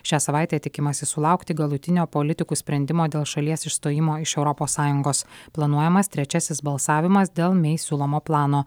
šią savaitę tikimasi sulaukti galutinio politikų sprendimo dėl šalies išstojimo iš europos sąjungos planuojamas trečiasis balsavimas dėl mei siūlomo plano